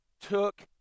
took